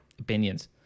opinions